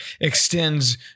extends